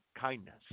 kindness